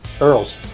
Earl's